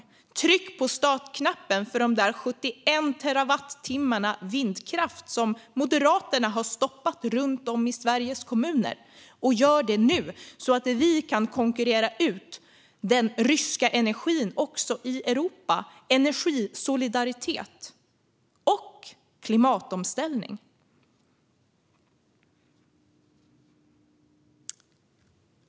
Tryck på startknappen för de 71 terawattimmar vindkraft som Moderaterna har stoppat runt om i Sveriges kommuner, och gör det nu så att vi kan konkurrera ut den ryska energin också i Europa! Det handlar om energisolidaritet och klimatomställning.